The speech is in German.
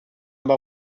aber